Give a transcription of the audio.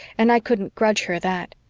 and i couldn't grudge her that.